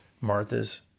Martha's